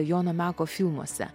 jono meko filmuose